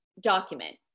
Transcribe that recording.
document